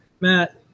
Matt